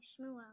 Shmuel